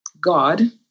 God